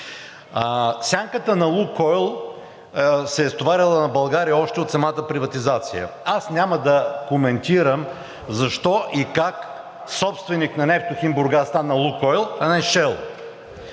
Сянката на „Лукойл“ се е стоварила на България още от самата приватизация. Аз няма да коментирам защо и как собственик на „Нефтохим Бургас“ стана „Лукойл“, а не Shell.